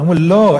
אמרו: לא,